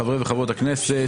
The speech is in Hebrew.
חברי וחברות הכנסת,